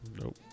Nope